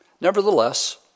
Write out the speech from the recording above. Nevertheless